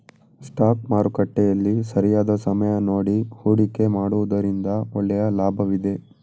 stock ಮಾರುಕಟ್ಟೆಯಲ್ಲಿ ಸರಿಯಾದ ಸಮಯ ನೋಡಿ ಹೂಡಿಕೆ ಮಾಡುವುದರಿಂದ ಒಳ್ಳೆಯ ಲಾಭವಿದೆ